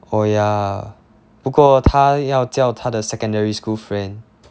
oh yeah 不过他要叫他的 secondary school friend